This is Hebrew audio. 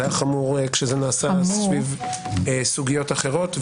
זה היה חמור כשזה נעשה סביב סוגיות אחרות,